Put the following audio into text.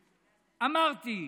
אמרתי: